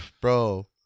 Bro